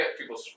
people